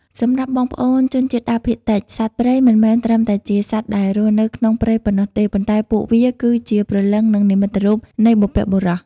សម្រាប់បងប្អូនជនជាតិដើមភាគតិច សត្វព្រៃមិនមែនត្រឹមតែជាសត្វដែលរស់នៅក្នុងព្រៃប៉ុណ្ណោះទេ ប៉ុន្តែពួកវាគឺជា "ព្រលឹង" និង "និមិត្តរូប" នៃបុព្វបុរស។